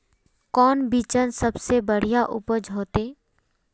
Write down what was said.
कौन बिचन सबसे बढ़िया उपज होते?